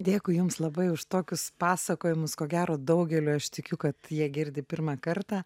dėkui jums labai už tokius pasakojimus ko gero daugeliui aš tikiu kad jie girdi pirmą kartą